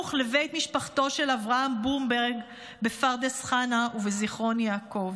סמוך לבית משפחתו של אברהם ברומברג בפרדס חנה ובזיכרון יעקב.